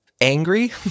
angry